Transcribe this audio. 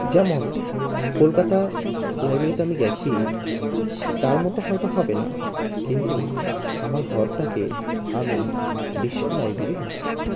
যেমন কলকাতা লাইব্রেরিতে আমি গেছি সে তার মতো হয়তো হবে না কিন্তু আমার ঘরটাকে আমি বিশ্ব লাইব্রেরি মনে করি